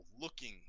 looking